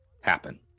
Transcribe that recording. happen